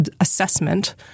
assessment